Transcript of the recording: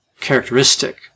characteristic